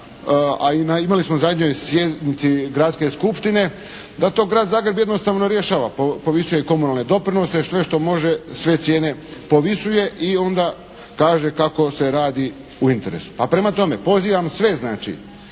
a imali smo na zadnjoj sjednici Gradske Skupštine da to jednostavno Grad Zagreb jednostavno rješava, povisuje komunalne doprinose, sve što može, sve cijene povisuje i onda kaže kako se radi u interesu. Pa prema tome, pozivam sve znači